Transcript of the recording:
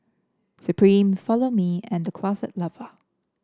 Supreme Follow Me and The Closet Lover